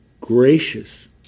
gracious